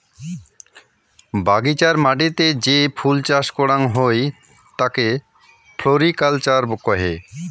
বাগিচার মাটিতে যে ফুল চাস করাং হই তাকে ফ্লোরিকালচার কহে